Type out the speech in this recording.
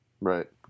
Right